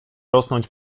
rosnąć